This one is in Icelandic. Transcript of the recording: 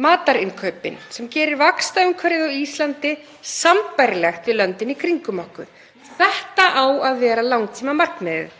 matarinnkaupin, sem gerir vaxtaumhverfið á Íslandi sambærilegt við löndin í kringum okkur. Þetta á að vera langtímamarkmiðið